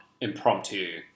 impromptu